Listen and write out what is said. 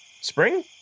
Spring